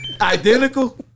Identical